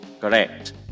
Correct